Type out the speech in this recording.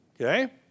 Okay